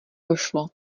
došlo